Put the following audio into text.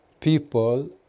people